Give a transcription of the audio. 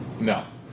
no